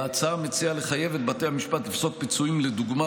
ההצעה מציעה לחייב את בתי המשפט לפסוק פיצויים לדוגמה